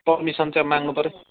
permission चाहिँ माग्नु पऱ्यो नि